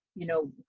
you know,